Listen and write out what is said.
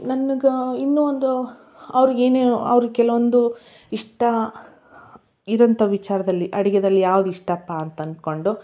ನನ್ಗೆ ಇನ್ನೂ ಒಂದು ಅವರಿಗೇನು ಅವ್ರಿಗೆ ಕೆಲವೊಂದು ಇಷ್ಟ ಇದ್ದಂಥ ವಿಚಾರದಲ್ಲಿ ಅಡುಗೆಯಲ್ಲಿ ಯಾವುದು ಇಷ್ಟಪ್ಪ ಅಂತ ಅಂದ್ಕೊಂಡು